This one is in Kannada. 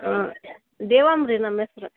ಹ್ಞೂ ದೇವಮ್ಮ ರೀ ನಮ್ಮ ಹೆಸ್ರ್